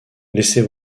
laissez